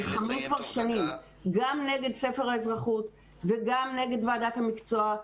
אנחנו נלחמים כבר שנים גם נגד ספר האזרחות וגם נגד ועדת המקצוע,